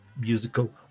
musical